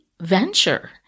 venture